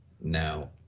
now